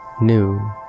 new